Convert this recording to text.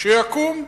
שיקום.